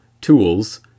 tools